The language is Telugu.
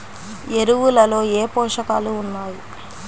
ఎరువులలో ఏ పోషకాలు ఉన్నాయి?